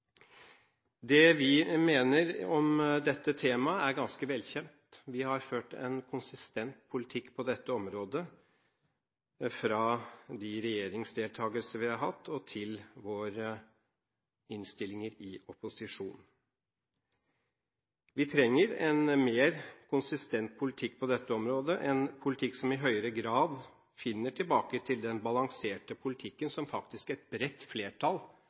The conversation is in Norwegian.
Det vi mener om dette temaet, er ganske velkjent. Vi har ført en konsistent politikk på dette området fra de regjeringsdeltakelser vi har hatt, til våre innstillinger i opposisjon. Vi trenger en mer konsistent politikk på dette området, en politikk som i høyere grad finner tilbake til den balanserte politikken som faktisk et bredt flertall